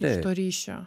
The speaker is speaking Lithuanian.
iš to ryšio